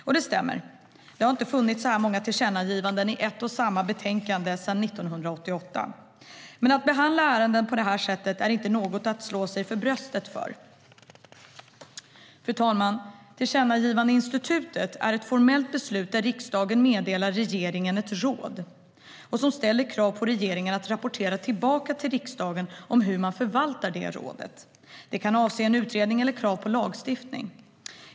Och det stämmer, det har inte funnits så här många tillkännagivanden i ett och samma betänkande sedan 1988. Men att behandla ärenden på det här sättet är inte något att slå sig för bröstet för. Fru talman! Tillkännagivandeinstitutet är ett formellt beslut där riksdagen meddelar regeringen ett råd och som ställer krav på regeringen att rapportera tillbaka till riksdagen hur man förvaltar det rådet. Det kan avse en utredning eller krav på lagstiftning.